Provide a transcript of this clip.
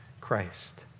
Christ